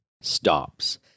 stops